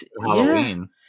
Halloween